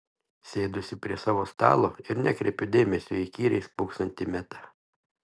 sėduosi prie savo stalo ir nekreipiu dėmesio į įkyriai spoksantį metą